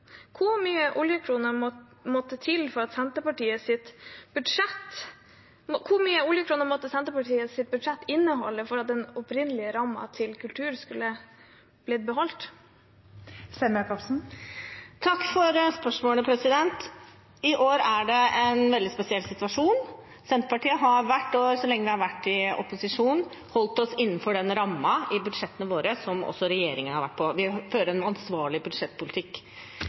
Hvor mange oljekroner måtte Senterpartiets budsjett inneholde for at den opprinnelige rammen til kultur skulle blitt beholdt? Takk for spørsmålet. I år er det en veldig spesiell situasjon. Senterpartiet har hvert år – så lenge vi har vært i opposisjon – i budsjettene våre holdt oss innenfor den rammen som også regjeringen har. Vi fører en ansvarlig budsjettpolitikk.